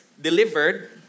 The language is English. delivered